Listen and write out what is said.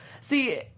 See